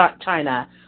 China